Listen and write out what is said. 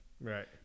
Right